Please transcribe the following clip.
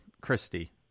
Christie